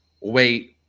Wait